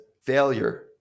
failure